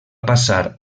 passar